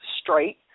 straight